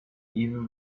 even